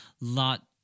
lot